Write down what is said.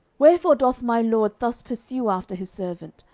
wherefore doth my lord thus pursue after his servant?